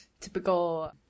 typical